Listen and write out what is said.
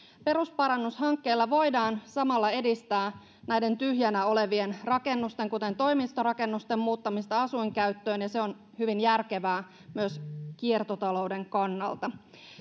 perusparannushankkeilla voidaan samalla edistää tyhjänä olevien rakennusten kuten toimistorakennusten muuttamista asuinkäyttöön ja se on hyvin järkevää myös kiertotalouden kannalta